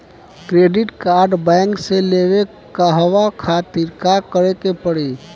Credit card bank से लेवे कहवा खातिर का करे के पड़ी?